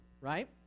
right